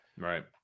Right